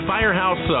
Firehouse